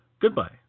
goodbye